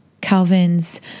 Calvin's